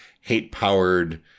hate-powered